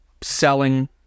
selling